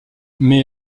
mais